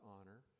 honor